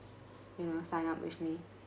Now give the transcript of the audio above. you know sign up with me